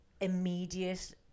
immediate